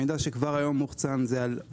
המידע שכבר היום מוחצן זה על עו"ש,